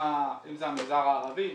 זה המגזר הערבי,